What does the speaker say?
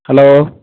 hello